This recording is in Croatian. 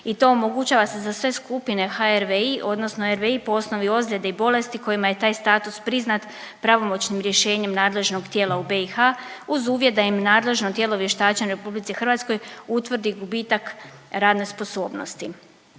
i to omogućava se za sve skupine HRVI odnosno RVI po osnovi ozljede i bolesti kojima je taj status priznat pravomoćnim rješenjem nadležnog tijela u BiH uz uvjet da im nadležno tijelo vještačenja u RH utvrdi gubitak radne sposobnosti.